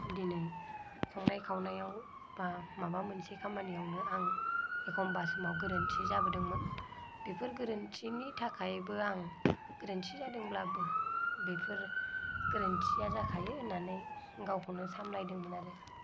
दिनै संनाय खावनायाव बा माबा मोनसे खामानियावनो आं एखनबा समाव गोरोन्थि जाबोदोंमोन बेफोर गोरोन्थिनि थाखायबो आं गोरोन्थि जादोंब्लाबो बेफोर गोरोन्थिया जाखायो होननानै गावखौनो सामलायदोंमोन आरो